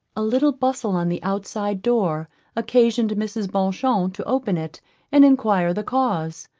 a little bustle on the outside door occasioned mrs. beauchamp to open it and enquire the cause.